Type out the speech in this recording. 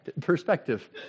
perspective